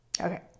Okay